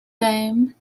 time